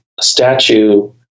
statue